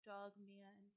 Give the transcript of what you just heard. Dogman